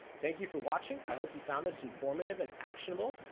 thank you for watching. i hope you found this informative and actionable.